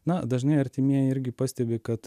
na dažnai artimieji irgi pastebi kad